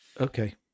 Okay